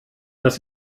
das